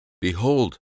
Behold